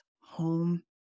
home